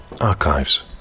Archives